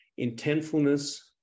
intentfulness